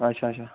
اچھا اچھا